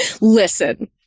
Listen